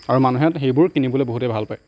আৰু মানুহে সেইবোৰ কিনিবলৈ বহুতে ভাল পায়